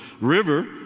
river